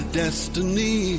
destiny